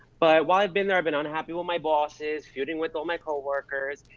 but while i've been there, i've been unhappy with my bosses. feuding with all my co-workers.